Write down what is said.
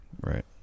Right